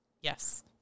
yes